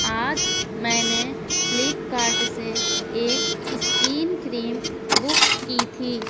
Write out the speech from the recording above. آج میں نے فلپ کارٹ سے ایک اسکین کریم بک کی تھی